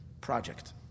project